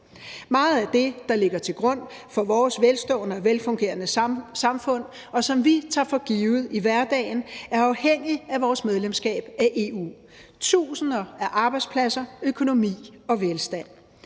Meget af det, der ligger til grund for vores velstående og velfungerende samfund, og som vi tager for givet i hverdagen, afhænger af vores medlemskab af EU. Det gælder tusinder af arbejdspladser, økonomi og velstand.